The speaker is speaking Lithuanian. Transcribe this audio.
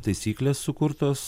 taisyklės sukurtos